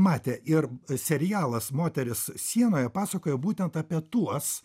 matė ir serialas moteris sienoje pasakoja būtent apie tuos